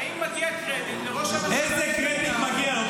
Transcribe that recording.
האם מגיע קרדיט לראש הממשלה נתניהו -- איזה קרדיט מגיע?